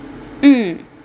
mm